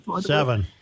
seven